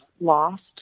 lost